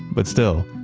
but still,